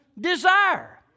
desire